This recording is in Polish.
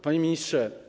Panie Ministrze!